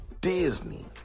Disney+